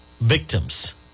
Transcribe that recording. victims